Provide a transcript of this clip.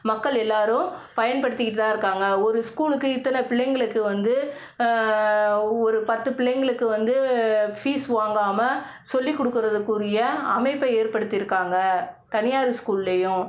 மக்கள் எல்லோரும் பயன்படுத்திக்கிட்டுதான் இருக்காங்க ஒரு ஸ்கூலுக்கு இத்தனை பிள்ளைங்களுக்கு வந்து ஒரு பத்து பிள்ளைங்களுக்கு வந்து ஃபீஸ் வாங்காமல் சொல்லி கொடுக்கறதுக்குரிய அமைப்பை ஏற்படுத்தியிருக்காங்க தனியார் ஸ்கூல்லையும்